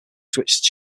switched